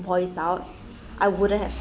points out I wouldn't have